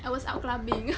I was out clubbing